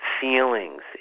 feelings